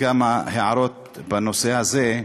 כמה הערות בנושא הזה,